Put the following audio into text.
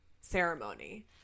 ceremony